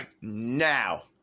Now